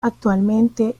actualmente